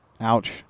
Ouch